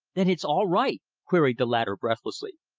then it's all right? queried the latter breathlessly.